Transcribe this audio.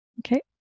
Okay